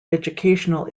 educational